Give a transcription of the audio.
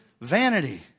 vanity